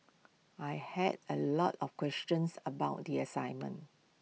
I had A lot of questions about the assignment